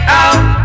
out